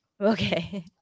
Okay